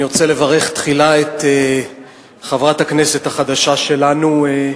אני רוצה תחילה לברך את חברת הכנסת החדשה שלנו,